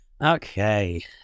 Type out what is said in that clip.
Okay